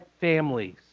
families